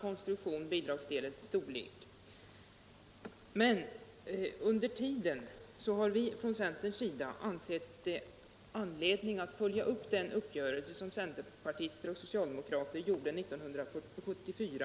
Vi har från centerns sida ansett att det under tiden utredningen pågår finns anledning att följa upp den uppgörelse som centerpartiet och socialdemokraterna gjorde 1974.